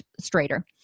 straighter